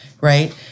right